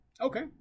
Okay